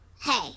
hey